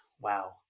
Wow